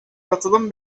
katılım